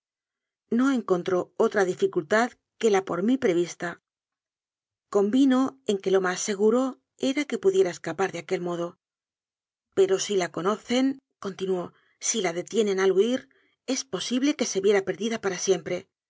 no encontró otra dificultad que la por mí prevista convino en que lo más seguro era que pudiera escapar de aquel modo pero sd la cono cencontinuó si la detienen al huár es posible que se viera perdida para siempre